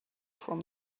from